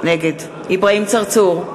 נגד אברהים צרצור,